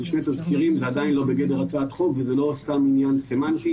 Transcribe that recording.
אלה שני תזכירים ועדיין לא בגדר הצעת חוק וזה לא עניין סמנטי.